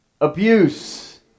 Abuse